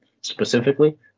specifically